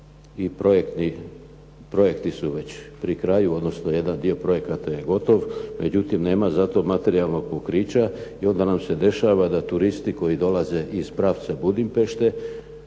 I projekti su već pri kraju, odnosno jedan dio projekata je gotov. Međutim, nema zato materijalnog pokrića i onda nam se dešava da turisti koji dolaze iz pravca Budimpešte,